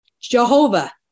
Jehovah